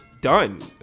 done